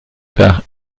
par